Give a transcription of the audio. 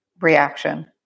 reaction